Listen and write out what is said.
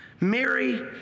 Mary